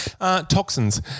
Toxins